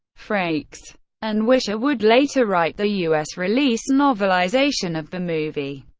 frakes and wisher would later write the us-released novelization of the movie.